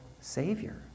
savior